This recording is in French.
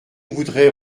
voudrais